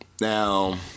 now